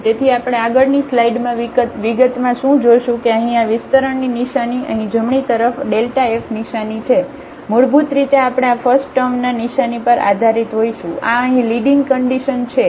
તેથી આપણે આગળની સ્લાઈડમાં વિગતમાં શું જોશું કે અહીં આ વિસ્તરણની નિશાની અહીં જમણી તરફ આf નિશાની છે મૂળભૂત રીતે આપણે આ ફસ્ટ ટર્મના નિશાની પર આધારીત હોઈશું આ અહીં લીડિંગ કન્ડિશન છે